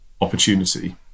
opportunity